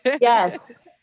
Yes